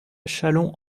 châlons